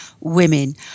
women